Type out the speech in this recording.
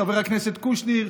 חבר הכנסת קושניר,